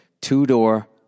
Two-door